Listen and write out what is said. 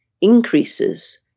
increases